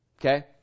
Okay